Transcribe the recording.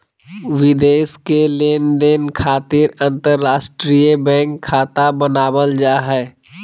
विदेश के लेनदेन खातिर अंतर्राष्ट्रीय बैंक खाता बनावल जा हय